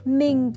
mình